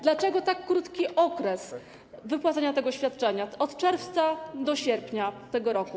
Dlaczego jest tak krótki okres wypłacania tego świadczenia, od czerwca do sierpnia tego roku?